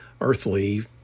earthly